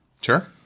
Sure